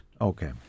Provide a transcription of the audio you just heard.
Okay